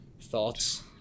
Thoughts